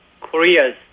Korea's